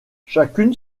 chacune